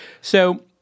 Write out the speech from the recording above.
So-